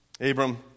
Abram